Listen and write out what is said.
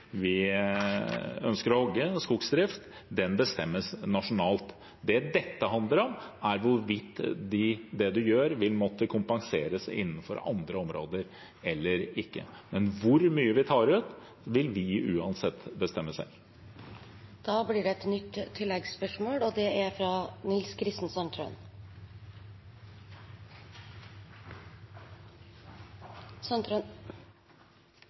ønsker å hogge, og skogsdrift bestemmes nasjonalt. Det dette handler om, er hvorvidt det man gjør, vil måtte kompenseres innenfor andre områder eller ikke. Men hvor mye vi tar ut, vil vi uansett bestemme selv. Nils Kristen Sandtrøen – til oppfølgingsspørsmål. Norge har gjennom de siste årene trolig vært et